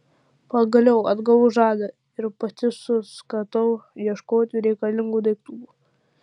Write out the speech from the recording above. pagaliau atgavau žadą ir pati suskatau ieškoti reikalingų daiktų